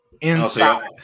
Inside